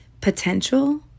potential